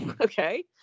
okay